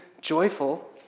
joyful